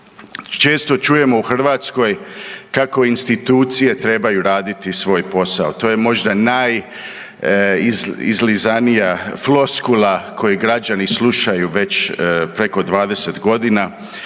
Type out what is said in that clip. Često čujemo u Hrvatskoj kako institucije trebaju raditi svoj posao, to je možda najizlizanija floskula koju građani slušaju već preko 20 godina.